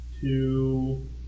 Two